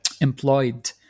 employed